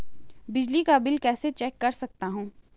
बिजली का बिल कैसे चेक कर सकता हूँ?